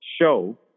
show